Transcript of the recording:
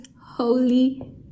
holy